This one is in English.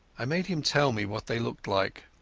i made him tell me what they looked like.